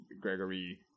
Gregory